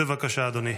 בבקשה, אדוני.